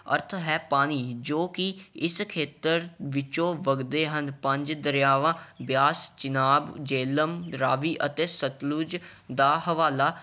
ਅਰਥ ਹੈ ਪਾਣੀ ਜੋ ਕਿ ਇਸ ਖੇਤਰ ਵਿੱਚੋਂ ਵਗਦੇ ਹਨ ਪੰਜ ਦਰਿਆਵਾਂ ਬਿਆਸ ਚਿਨਾਬ ਜੇਹਲਮ ਰਾਵੀ ਅਤੇ ਸਤਲੁਜ ਦਾ ਹਵਾਲਾ